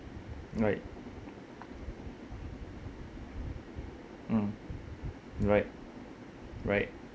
right mm right right